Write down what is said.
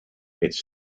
its